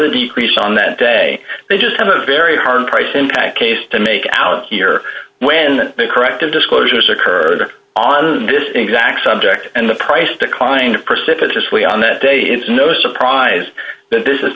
the decrease on that day they just have a very hard price impact case to make out here when the corrective disclosures occurred on this exact subject and the price declined precipitously on that day it's no surprise that this is